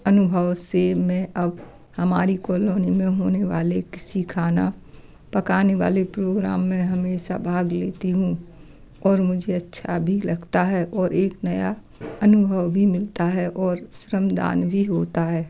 अनुभव से मैं अब हमारी कोलोनी में होने वाले किसी खाना पकाने वाले प्रोग्राम में हमेशा भाग लेती हूँ और मुझे अच्छा भी लगता है और एक नया अनुभव भी मिलता है और श्रमदान भी होता है